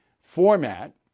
format